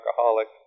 alcoholic